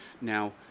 Now